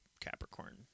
Capricorn